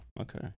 Okay